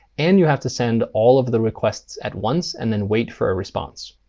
and you have to send all of the requests at once and then wait for a response.